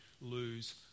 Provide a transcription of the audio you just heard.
lose